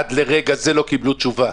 עד לרגע זה לא קיבלו תשובה.